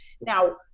Now